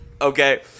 Okay